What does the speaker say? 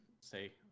say